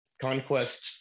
Conquest